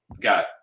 got